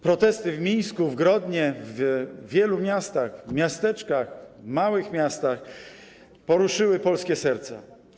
Protesty w Mińsku, Grodnie, w wielu miastach, miasteczkach, małych miastach poruszyły polskie serca.